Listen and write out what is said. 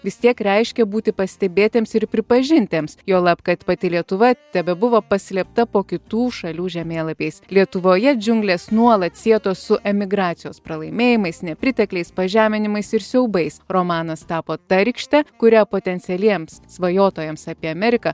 vis tiek reiškė būti pastebėtiems ir pripažintiems juolab kad pati lietuva tebebuvo paslėpta po kitų šalių žemėlapiais lietuvoje džiunglės nuolat sietos su emigracijos pralaimėjimais nepritekliais pažeminimais ir siaubais romanas tapo ta rykšte kuria potencialiems svajotojams apie ameriką